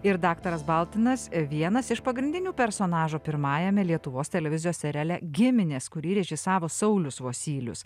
ir daktaras baltinas vienas iš pagrindinių personažų pirmajame lietuvos televizijos seriale giminės kurį režisavo saulius vosylius